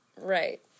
right